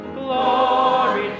glory